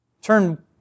Turn